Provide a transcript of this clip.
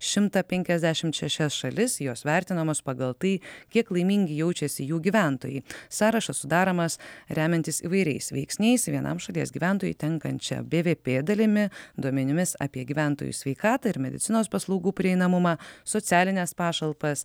šimtą penkiasdešimt šešias šalis jos vertinamos pagal tai kiek laimingi jaučiasi jų gyventojai sąrašas sudaromas remiantis įvairiais veiksniais vienam šalies gyventojui tenkančia bvp dalimi duomenimis apie gyventojų sveikatą ir medicinos paslaugų prieinamumą socialines pašalpas